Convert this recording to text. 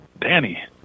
Danny